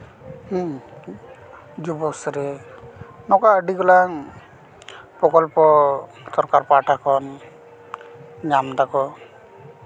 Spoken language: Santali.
ᱤᱧ ᱡᱩᱵᱚᱥᱨᱤ ᱱᱚᱝᱠᱟ ᱟᱹᱰᱤ ᱜᱩᱞᱟᱝ ᱯᱨᱚᱠᱚᱞᱯᱚ ᱥᱚᱨᱠᱟᱨ ᱯᱟᱦᱴᱟ ᱠᱷᱚᱱ ᱧᱟᱢ ᱫᱟᱠᱚ